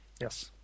Yes